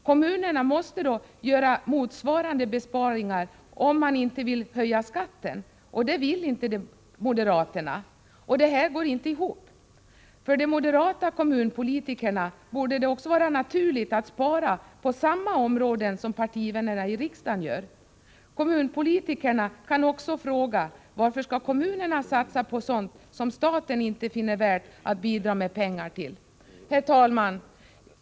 Kommunerna måste då göra motsvarande besparingar, om de inte vill höja skatten — och det vill inte moderaterna. Detta går inte ihop. För de moderata kommunpolitikerna borde det vara naturligt att spara på samma områden som partivännerna i riksdagen gör. Kommunpolitikerna kan också fråga: Varför skall kommunerna satsa på sådant som staten inte finner det värt att bidra med pengar till? Herr talman!